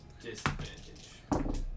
disadvantage